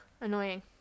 annoying